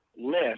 list –